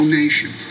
nation